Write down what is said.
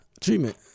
Treatment